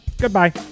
Goodbye